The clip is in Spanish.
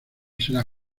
será